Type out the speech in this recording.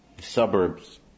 suburbs